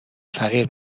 فقیر